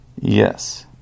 yes